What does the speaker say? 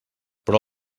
però